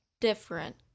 different